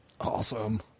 Awesome